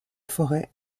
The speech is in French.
forêt